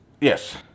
Yes